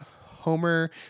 Homer